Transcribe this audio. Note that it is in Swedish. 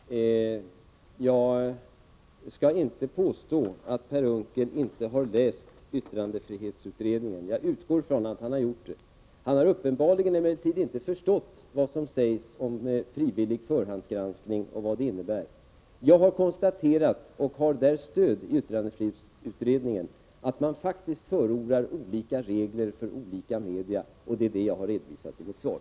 Herr talman! Jag skall inte påstå att Per Unckel inte har läst yttrandefrihetsutredningen. Jag utgår ifrån att han har det. Han har emellertid uppenbarligen inte förstått vad som sägs där om frivillig förhandsgranskning och vad det innebär. Jag har konstaterat — och har där stöd i yttrandefrihetsutredningen — att utredningen förordar olika regler för olika media. Det är detta som jag har redovisat i mitt svar.